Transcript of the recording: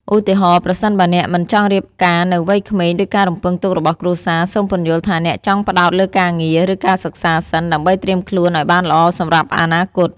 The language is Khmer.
ឧទាហរណ៍ ប្រសិនបើអ្នកមិនចង់រៀបការនៅវ័យក្មេងដូចការរំពឹងទុករបស់គ្រួសារ សូមពន្យល់ថាអ្នកចង់ផ្ដោតលើការងារ ឬការសិក្សាសិន ដើម្បីត្រៀមខ្លួនឲ្យបានល្អសម្រាប់អនាគត។